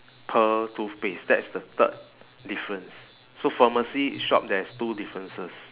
pearl toothpaste that's the third difference so pharmacy shop there is two differences